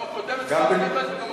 גם הקודמת צריכה ללכת וגם הקודמת.